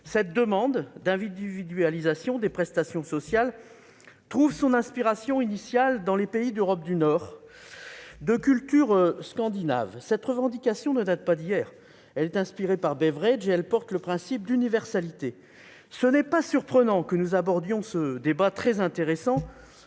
Cette demande d'individualisation des prestations sociales trouve son inspiration initiale dans les pays d'Europe du Nord, de culture scandinave. Cette revendication ne date pas d'hier. Elle est inspirée par Beveridge et le principe d'universalité. Il n'est pas surprenant que nous abordions ce débat très intéressant